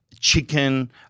chicken